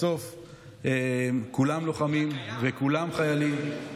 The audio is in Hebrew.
בסוף כולם לוחמים וכולם חיילים.